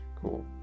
cool